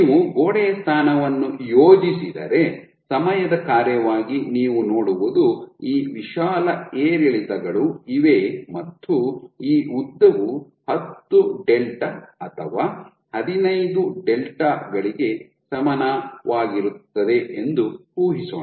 ನೀವು ಗೋಡೆಯ ಸ್ಥಾನವನ್ನು ಯೋಜಿಸಿದರೆ ಸಮಯದ ಕಾರ್ಯವಾಗಿ ನೀವು ನೋಡುವುದು ಈ ವಿಶಾಲ ಏರಿಳಿತಗಳು ಇವೆ ಮತ್ತು ಈ ಉದ್ದವು ಹತ್ತು ಡೆಲ್ಟಾ ಅಥವಾ ಹದಿನೈದು ಡೆಲ್ಟಾ ಗಳಿಗೆ ಸಮಾನವಾಗಿರುತ್ತದೆ ಎಂದು ಊಹಿಸೋಣ